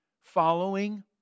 following